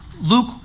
Luke